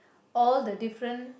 all the different